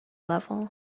level